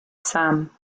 sam